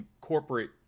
corporate